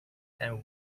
and